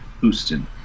Houston